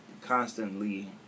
constantly